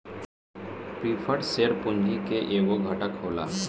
preferred share पूंजी के एगो घटक होला